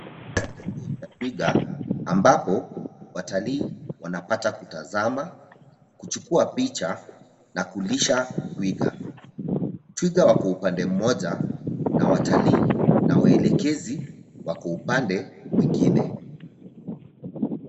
Katika kituo cha twiga ambapo watalii wanapata kutazama, kuchukua picha na kulisha twiga. Twiga wako upande mmoja na watalii na waelekezi wako upande mwingine.